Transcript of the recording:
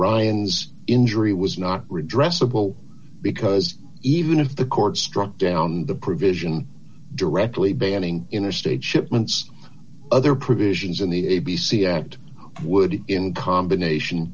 ons injury was not redress of will because even if the court struck down the provision directly banning interstate shipments other provisions in the a b c act would in combination